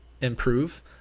improve